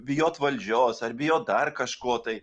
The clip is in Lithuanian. bijot valdžios ar bijot dar kažko tai